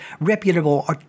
reputable